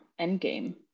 endgame